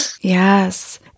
Yes